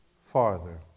Farther